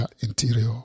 interior